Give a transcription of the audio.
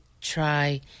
try